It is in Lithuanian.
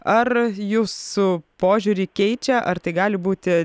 ar jūsų požiūrį keičia ar tai gali būti